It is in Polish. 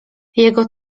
jego